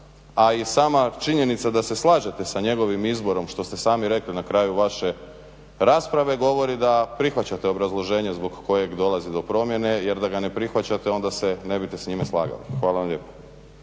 a i sama činjenica da se slažete sa njegovim izborom što ste sami rekli na kraju vaše rasprave govori da prihvaćate obrazloženje zbog kojeg dolazi do promjene jer da ga ne prihvaćate onda se ne biste s njime slagali. Hvala vam lijepa.